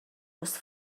was